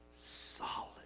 solid